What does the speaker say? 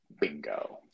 bingo